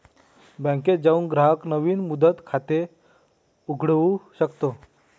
बँकेत जाऊन ग्राहक नवीन मुदत खाते उघडू शकतो